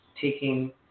taking